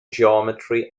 geometry